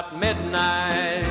midnight